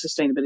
sustainability